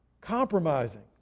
compromising